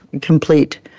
complete